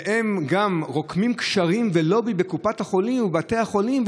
והם גם רוקמים קשרים ולובי בקופת החולים ובבתי החולים,